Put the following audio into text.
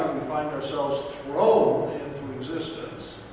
and find ourselves thrown into existence.